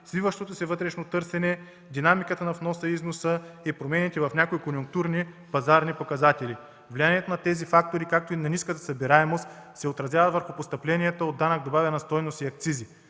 свиващото се вътрешно търсене, динамиката на вноса и износа и промените в някои конюнктурни пазарни показатели. Влиянието на тези фактори, както и ниската събираемост се отразяват върху постъпленията на данък добавена стойност и акцизите.